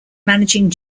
managing